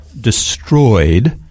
destroyed